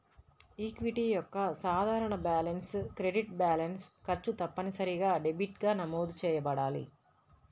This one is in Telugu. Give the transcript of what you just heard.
ఈక్విటీ యొక్క సాధారణ బ్యాలెన్స్ క్రెడిట్ బ్యాలెన్స్, ఖర్చు తప్పనిసరిగా డెబిట్గా నమోదు చేయబడాలి